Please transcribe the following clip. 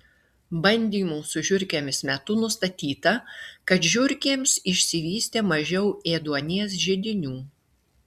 bandymų su žiurkėmis metu nustatyta kad žiurkėms išsivystė mažiau ėduonies židinių